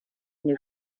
new